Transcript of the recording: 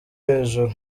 hejuru